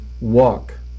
walk